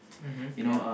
mmhmm ya